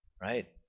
Right